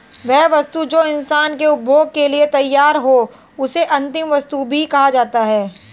वह वस्तु जो इंसान के उपभोग के लिए तैयार हो उसे अंतिम वस्तु भी कहा जाता है